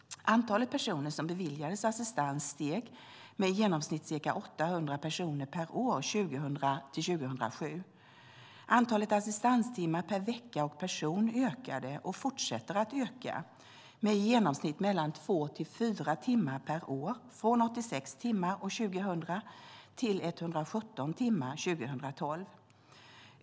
Antalet personer som beviljades assistans steg med i genomsnitt ca 800 personer per år 2000-2007. Antalet assistanstimmar per vecka och person ökade, och fortsätter att öka, med i genomsnitt mellan två och fyra timmar per år - från 86 timmar år 2000 till 117 timmar 2012.